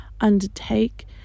undertake